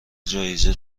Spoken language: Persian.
جایزه